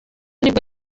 nibwo